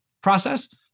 process